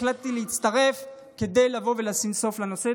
החלטתי להצטרף כדי לבוא ולשים סוף לנושא.